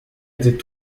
étaient